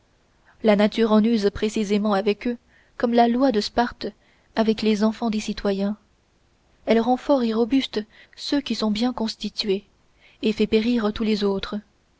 la nature en use précisément avec eux comme la loi de sparte avec les enfants des citoyens elle rend forts et robustes ceux qui sont bien constitués et fait périr tous les autres